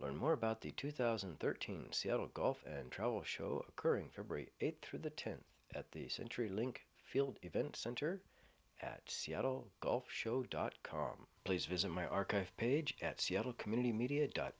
learn more about the two thousand and thirteen seattle gulf travel show occurring for bre it through the tent at the century link field event center at seattle gulf show dot com please visit my archive page at seattle community media dot